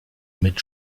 mit